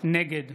נגד